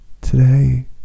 Today